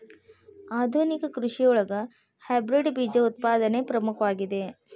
ಆಧುನಿಕ ಕೃಷಿಯೊಳಗ ಹೈಬ್ರಿಡ್ ಬೇಜ ಉತ್ಪಾದನೆ ಪ್ರಮುಖವಾಗಿದೆ